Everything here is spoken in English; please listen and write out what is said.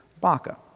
Baca